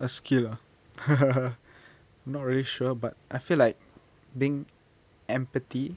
a skill ah not really sure but I feel like being empathy